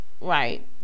right